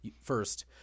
First